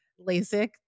LASIK